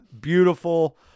Beautiful